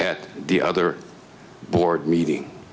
at the other board meeting